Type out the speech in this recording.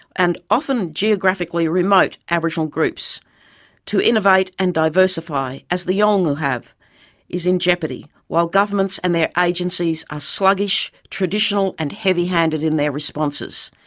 and often geographically remote, aboriginal groups to innovate and diversify as the yolngu have is in jeopardy while governments and their agencies are sluggish, traditional and heavy-handed in their responses.